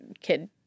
kid